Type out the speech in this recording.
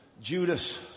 Judas